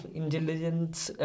intelligence